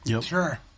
Sure